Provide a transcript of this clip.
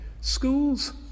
schools